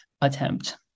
attempt